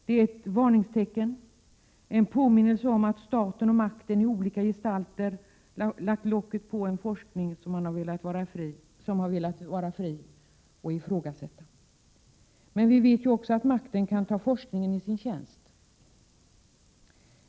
Det är ett varningstecken, en påminnelse om att staten och makten i olika gestalter så att säga har lagt locket på en forskning som har velat vara fri och ifrågasättande. Men vi vet också att makten kan ta forskningen i sin tjänst.